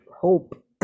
hope